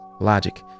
Logic